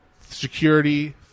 Security